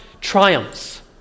triumphs